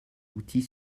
outils